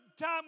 time